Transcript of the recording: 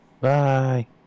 Bye